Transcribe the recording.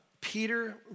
Peter